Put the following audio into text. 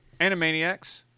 Animaniacs